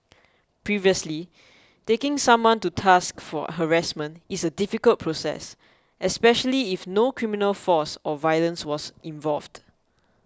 previously taking someone to task for harassment is a difficult process especially if no criminal force or violence was involved